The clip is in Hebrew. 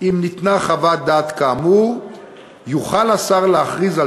אם ניתנה חוות דעת כאמור יוכל השר להכריז על